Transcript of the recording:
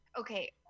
Okay